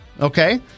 Okay